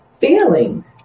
feelings